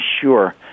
sure